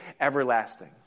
everlasting